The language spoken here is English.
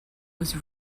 was